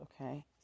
Okay